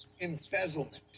embezzlement